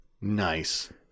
Nice